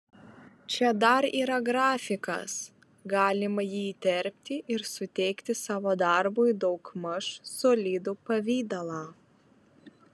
čia dar yra grafikas galima jį įterpti ir suteikti savo darbui daugmaž solidų pavidalą